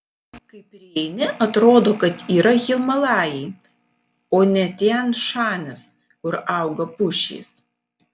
kai prieini atrodo kad yra himalajai o ne tian šanis kur auga pušys